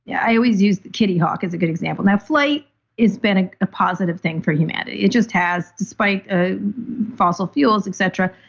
yeah i always use kitty hawk as a good example. now, flight has been ah a positive thing for humanity. it just has despite ah fossil fuels, et cetera.